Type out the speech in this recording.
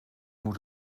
moet